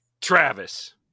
Travis